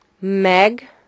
Meg